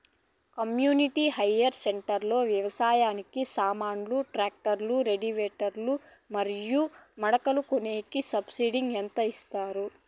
community hire centre లో వ్యవసాయానికి సామాన్లు ట్రాక్టర్లు రోటివేటర్ లు మరియు మడకలు కొనేకి సబ్సిడి ఎంత ఇస్తారు